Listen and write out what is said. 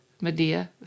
Medea